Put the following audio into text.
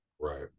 Right